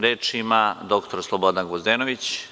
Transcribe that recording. Reč ima dr Slobodan Gvozdenović.